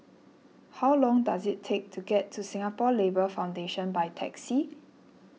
how long does it take to get to Singapore Labour Foundation by taxi